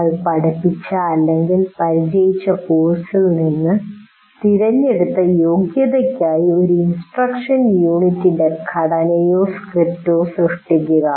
നിങ്ങൾ പഠിപ്പിച്ച അല്ലെങ്കിൽ പരിചിതമായ കോഴ്സിൽ നിന്നും തിരഞ്ഞെടുത്ത യോഗ്യതയ്ക്കായി ഒരു ഇൻസ്ട്രക്ഷൻ യൂണിറ്റിന്റെ ഘടനയോ സ്ക്രിപ്റ്റോ സൃഷ്ടിക്കുക